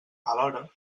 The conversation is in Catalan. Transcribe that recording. alhora